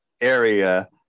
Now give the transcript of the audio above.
area